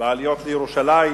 בעליות לירושלים.